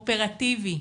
אופרטיבי,